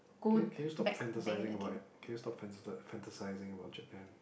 okay can you stop fantasizing about can you stop fantasi~ fantasizing about Japan